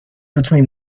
between